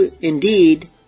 indeed